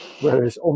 whereas